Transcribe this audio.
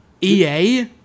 EA